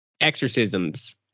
exorcisms